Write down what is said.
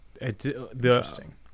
interesting